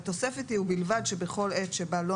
והתוספת היא: "ובלבד שבכל עת שבה לא